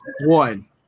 One